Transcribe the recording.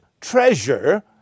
treasure